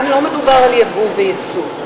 כאן לא מדובר על יבוא ויצוא.